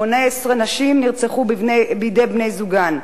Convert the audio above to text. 18 נשים נרצחו בידי בני-זוגן,